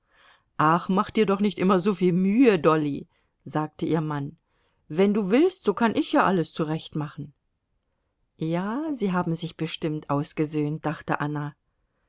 ach mach dir doch nicht immer so viel mühe dolly sagte ihr mann wenn du willst so kann ich ja alles zurechtmachen ja sie haben sich bestimmt ausgesöhnt dachte anna